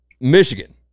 Michigan